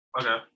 Okay